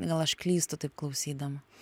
gal aš klystu taip klausydama